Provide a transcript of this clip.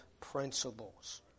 principles